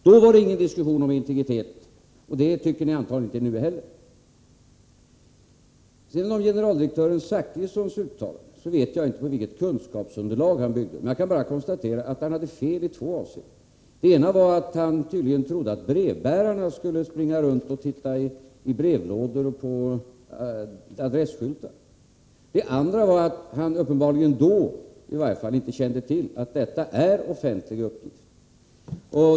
Då var det ingen diskussion om integritetsfrågorna, och någon sådan vill ni antagligen inte ha nu heller. Vad beträffar generaldirektör Zachrissons uttalande vet jag inte vilket kunskapsunderlag det byggde på. Jag kan bara konstatera att han hade fel i två avseenden. För det första trodde han tydligen att brevbärarna skulle springa runt och leta efter uppgifter på brevlådor och adresskyltar. För det andra kände han i varje fall då uppenbarligen inte till att det är fråga om offentliga uppgifter.